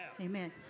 Amen